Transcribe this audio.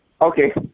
Okay